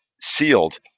sealed